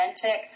authentic